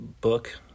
book